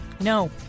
No